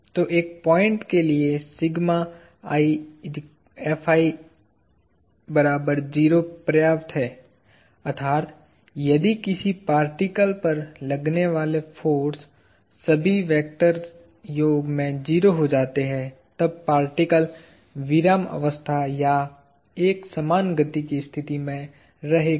तो एक पॉइंट के लिए पर्याप्त है अर्थात् यदि किसी पार्टिकल्स पर लगने वाले फोर्स सभी वेक्टर योग में 0 हो जाते हैं तब पार्टिकल्स विरामावस्था या एक समान गति की स्थिति में रहेगा